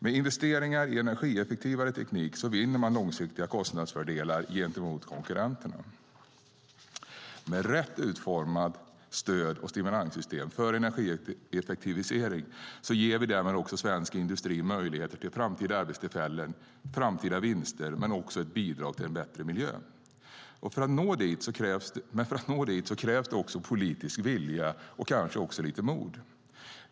Med investeringar i energieffektivare teknik vinner man långsiktiga kostnadsfördelar gentemot konkurrenterna. Med rätt utformat stöd och stimulanssystem för energieffektivisering ger vi därmed också svensk industri möjligheter till framtida arbetstillfällen, framtida vinster och ett bidrag till en bättre miljö. Men för att nå dit krävs det också politisk vilja och kanske också lite mod.